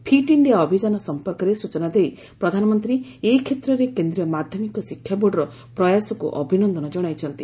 fit India ଅଭିଯାନ ସଂପର୍କରେ ସୂଚନା ଦେଇ ପ୍ରଧାନମନ୍ତ୍ରୀ ଏ କ୍ଷେତ୍ରରେ କେନ୍ଦ୍ରୀୟ ମାଧ୍ୟମିକ ଶିକ୍ଷା ବୋର୍ଡର ପ୍ରୟାସକୁ ଅଭିନନ୍ଦନ ଜଣାଇଛନ୍ତି